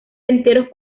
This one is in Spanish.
enteros